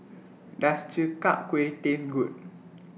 Does Chi Kak Kuih Taste Good